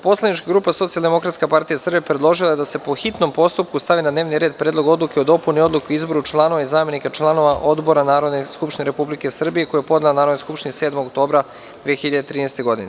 Poslanička grupa Socijaldemokratska partija Srbije predložila je da se, po hitnom postupku, stavi na dnevni red Predlog odluke o dopuni Odluke o izboru članova i zamenika članova odbora Narodne skupštine Republike Srbije, koji je podnela Narodnoj skupštini 7. oktobra 2013. godine.